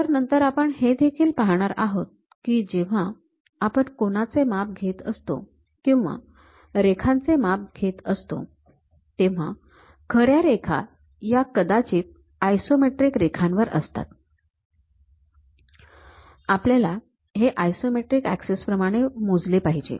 तर नंतर आपण हे देखील पाहणार आहोत की जेव्हा आपण कोनाचे माप घेत असतो किंवा रेखाचे माप घेत असतो तेव्हा खऱ्या रेखा ह्या कदाचित आयसोमेट्रिक रेखांवर असतात आपल्याला हे आयसोमेट्रिक ऍक्सिस प्रमाणे मोजले पाहिजे